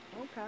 Okay